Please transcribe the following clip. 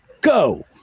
go